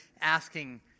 asking